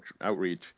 outreach